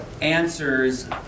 answers